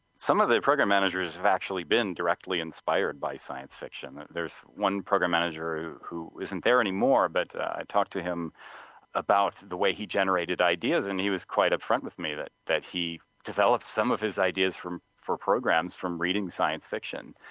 some of their program managers have actually been directly inspired by science fiction. there's one program manager who isn't there anymore, but i talked to him about the way he generated ideas and he was quite upfront with me that that he developed some of his ideas for programs from reading science fiction.